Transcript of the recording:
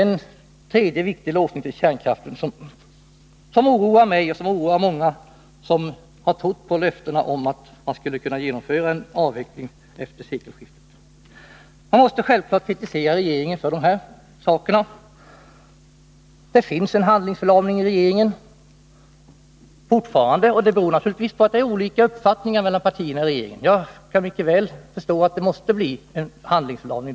Denna låsning till kärnkraften oroar mig och många andra som har trott på löftena om att vi skulle kunna genomföra en avveckling efter sekelskiftet. Man måste självklart kritisera regeringen för att den fortfarande visar handlingsförlamning. Det beror naturligtvis på att det råder olika uppfattningar mellan partierna i regeringen. Jag kan mycket väl förstå att det då måste bli en handlingsförlamning.